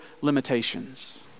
limitations